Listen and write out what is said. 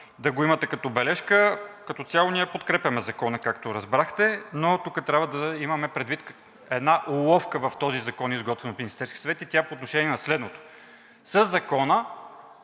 да го имате като бележка? Като цяло ние подкрепяме Закона, както разбрахте, но тук трябва да имаме предвид една уловка в този закон, изготвена от Министерския съвет, и тя е по отношение на следното – със Закона